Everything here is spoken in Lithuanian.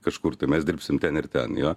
kažkur tai mes dirbsim ten ir ten jo